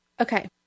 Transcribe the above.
Okay